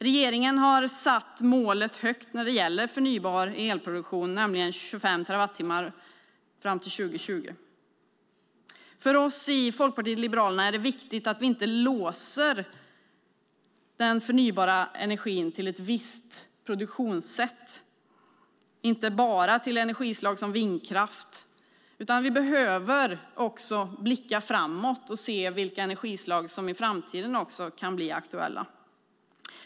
Regeringen har satt målet högt när det gäller förnybar elproduktion, nämligen 25 terawattimmar fram till 2020. För oss i Folkpartiet liberalerna är det viktigt att vi inte låser den förnybara energin till ett visst produktionssätt eller bara till energislag som vindkraft. Vi behöver också blicka framåt och se vilka energislag som kan bli aktuella i framtiden.